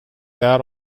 that